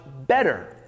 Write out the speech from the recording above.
better